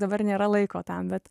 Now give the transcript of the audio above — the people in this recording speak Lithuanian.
dabar nėra laiko tam bet